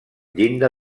llinda